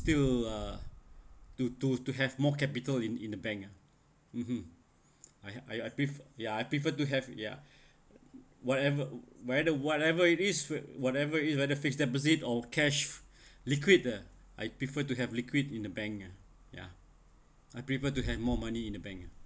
still uh to to to have more capital in in the bank ah (uh huh) I I pref~ yeah I prefer to have ya whatever whether whatever it is whatever is either fixed deposit or cash liquid eh I prefer to have liquid in the bank ah ya I prefer to have more money in the bank ah